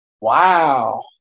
Wow